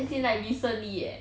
as in like recently eh